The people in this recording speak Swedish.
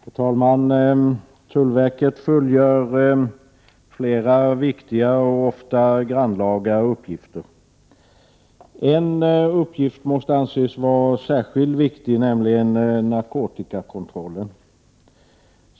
Herr talman! Tullverket fullföljer flera viktiga och ofta grannlaga uppgifter. En uppgift måste anses vara särskilt viktig, nämligen narkotikakontrollen.